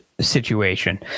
situation